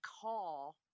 call